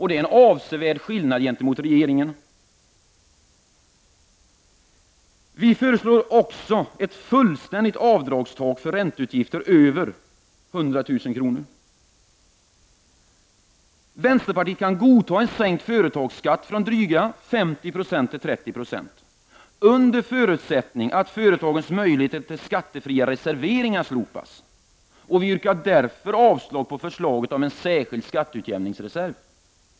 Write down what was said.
Det är en avsevärd skillnad gentemot regeringen. Vänsterpartiet föreslår också ett fullständigt avdragstak för ränteutgifter över 100 000 kr. Vänsterpartiet kan godta en sänkning av företagsskatten från drygt 50 9o ringar slopas. Vi yrkar därför avslag på förslaget om en särskild skatteutjämningsreserv. Fru talman!